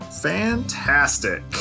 Fantastic